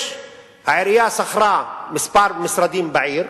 העירייה שכרה כמה משרדים בעיר,